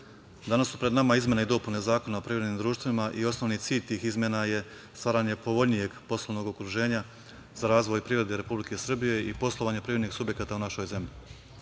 danas su pred nama izmene i dopune Zakona o privrednim društvima i osnovni cilj tih izmena je stvaranje povoljnijeg poslovnog okruženja za razvoj privrede Republike Srbije i poslovanje privrednih subjekata u našoj zemlji. Srbija